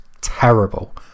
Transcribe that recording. terrible